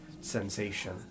sensation